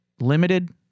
limited